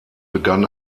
begann